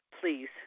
please